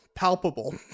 palpable